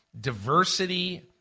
diversity